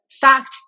fact